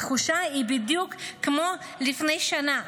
התחושה היא בדיוק כמו לפני שנה,